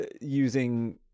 using